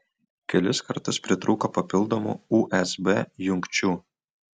kelis kartus pritrūko papildomų usb jungčių